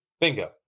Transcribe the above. Bingo